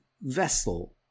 vessel